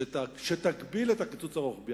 שתגביל את הקיצוץ הרוחבי.